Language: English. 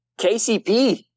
KCP –